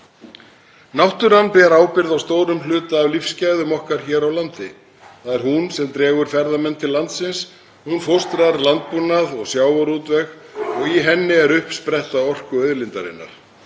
Náttúran ber ábyrgð á stórum hluta af lífsgæðum okkar hér á landi. Það er hún sem dregur ferðamenn til landsins. Hún fóstrar landbúnað og sjávarútveg og í henni er uppspretta orkuauðlindarinnar.